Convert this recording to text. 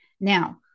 Now